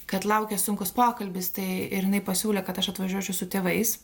kad laukia sunkus pokalbis tai ir jinai pasiūlė kad aš atvažiuočiau su tėvais